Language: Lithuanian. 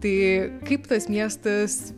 tai kaip tas miestas